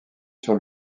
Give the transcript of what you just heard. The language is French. sur